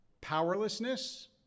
powerlessness